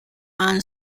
and